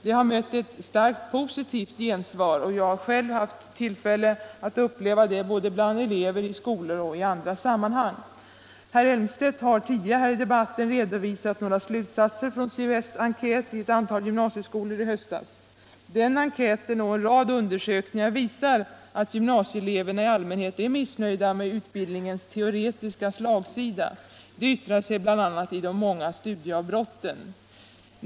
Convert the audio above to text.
Det har mött ett starkt positivt gensvar, som jag själv har haft tillfälle att uppleva både bland elever i skolor och i andra sammanhang. Herr Elmstedt har tidigare i debatten redovisat några slutsatser från Centerns ungdomsförbunds enkät i ett antal gymnasieskolor i höstas. Den enkäten och en rad undersökningar visar att gymnasieeleverna i allmänhet är missnöjda med utbildningens teoretiska slagsida. Det yttrar sig bl.a. i många studieavbrott.